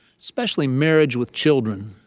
especially marriage with children.